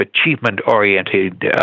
achievement-oriented